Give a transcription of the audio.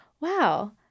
wow